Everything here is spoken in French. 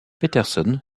peterson